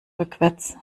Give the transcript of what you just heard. rückwärts